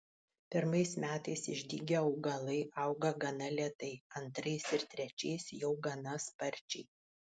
pirmais metais išdygę augalai auga gana lėtai antrais ir trečiais jau gana sparčiai